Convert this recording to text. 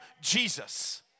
Jesus